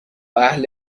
اهل